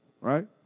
right